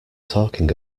talking